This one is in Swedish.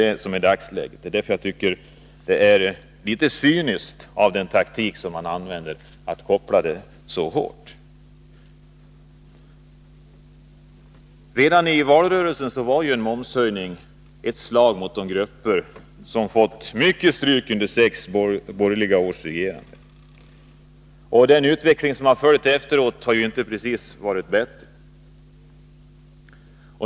Det är läget i dag, och därför är det cyniskt att använda tekniken att koppla till momsen så hårt som man gör. Redan i valrörelsen anfördes att en momshöjning är ett slag mot de grupper som har fått mycket stryk under sex års borgerligt regerande, och utvecklingen därefter har inte precis varit bättre.